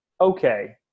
okay